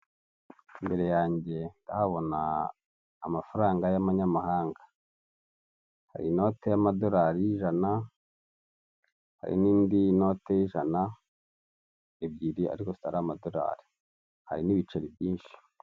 Imbere yange ndahabona amafaranga y'amanyamahanga, hari inote y'amadorari y'ijana, hari n'indi note y'ijana, ebyiri ariko zitari amadorari, hari n'ibiceri byinshi.